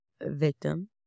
victim